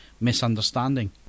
misunderstanding